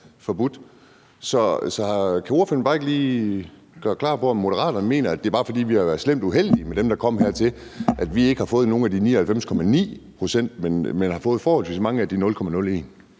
Så kan ordføreren ikke lige gøre klart, om Moderaterne mener, at det bare er, fordi vi har været slemt uheldige med dem, der er kommet hertil, i forhold til at vi ikke har fået nogen af de 99,9 pct., men har fået forholdsvis mange af de 0,01